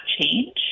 change